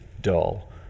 dull